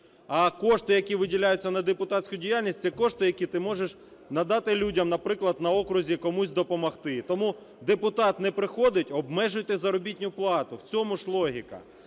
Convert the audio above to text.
А кошти, які виділяються на депутатську діяльність – це кошти, які ти можеш надати людям, наприклад, на окрузі комусь допомогти. Тому депутат не приходить – обмежуйте заробітну плату. В цьому ж логіка.